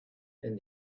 and